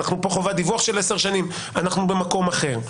יש פה חובת דיווח של עשר שנים, אנחנו במקום אחר.